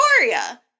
Victoria